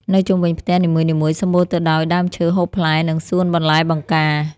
នៅជុំវិញផ្ទះនីមួយៗសម្បូរទៅដោយដើមឈើហូបផ្លែ និងសួនបន្លែបង្ការ។